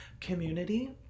community